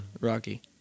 Rocky